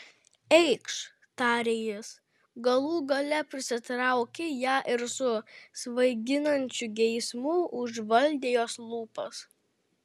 eikš tarė jis galų gale prisitraukė ją ir su svaiginančiu geismu užvaldė jos lūpas